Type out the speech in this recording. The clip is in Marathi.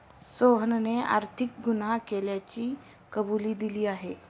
सोहनने आर्थिक गुन्हा केल्याची कबुली दिली आहे